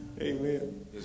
Amen